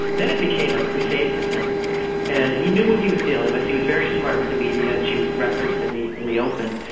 then it became a crusade for him and he knew what he was dealing with. he was very smart with the media, as you referenced, in the in the open.